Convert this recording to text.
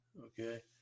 Okay